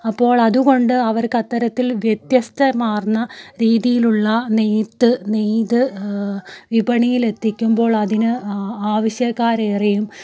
അപ്പോൾ അതുകൊണ്ട് അവർക്ക് അത്തരത്തിൽ വ്യത്യസ്തമാർന്ന രീതിയിലുള്ള നെയ്ത്ത് നെയ്ത് വിപണിയിലെത്തിക്കുമ്പോൾ അതിന് ആവശ്യക്കാരേറെയും